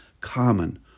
common